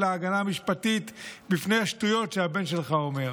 ההגנה המשפטית על השטויות שהבן שלך אומר.